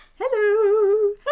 Hello